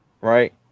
right